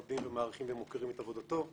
אנחנו מכבדים ומעריכים ומוקירים את עבודתו.